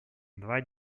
два